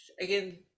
again